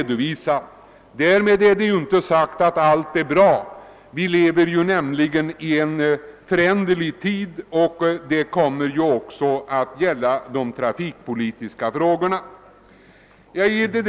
Därmed är inte sagt att allt är bra — vi lever i en föränderlig tid, och det inträffar förändringar också i de trafikpolitiska förhållandena.